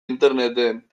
interneten